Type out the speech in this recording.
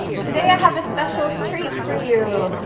today i have a special treat for you.